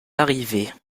arrivés